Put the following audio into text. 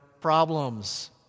problems